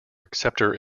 acceptor